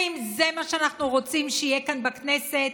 האם זה מה שאנחנו רוצים שיהיה כאן בכנסת?